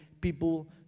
people